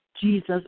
Jesus